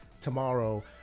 tomorrow